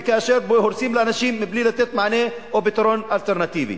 וכאשר הורסים לאנשים בלי לתת מענה או פתרון אלטרנטיבי.